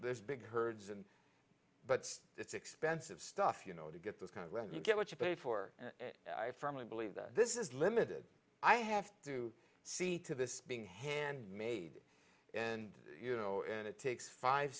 this big herds and but it's expensive stuff you know to get this kind of well you get what you pay for and i firmly believe that this is limited i have to see to this being handmade and you know and it takes five